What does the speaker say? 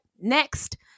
Next